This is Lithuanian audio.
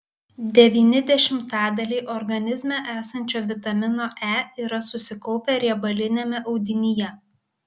devyni dešimtadaliai organizme esančio vitamino e yra susikaupę riebaliniame audinyje